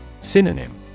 Synonym